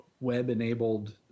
web-enabled